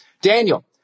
Daniel